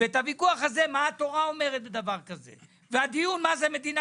ואת הוויכוח הזה מה התורה אומרת בדבר כזה והדיון מה זה מדינה